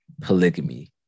polygamy